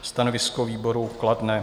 Stanovisko výboru kladné.